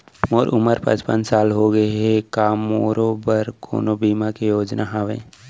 मोर उमर पचपन साल होगे हे, का मोरो बर कोनो बीमा के योजना हावे?